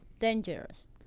dangerous